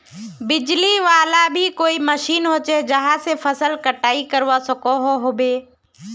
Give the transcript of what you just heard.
बिजली वाला भी कोई मशीन होचे जहा से फसल कटाई करवा सकोहो होबे?